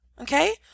okay